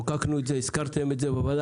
חוקקנו את זה, הזכרתם את זה בוועדה.